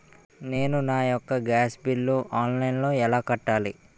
నేను నా యెక్క గ్యాస్ బిల్లు ఆన్లైన్లో ఎలా కట్టాలి?